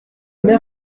mère